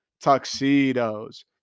Tuxedos